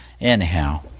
Anyhow